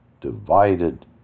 divided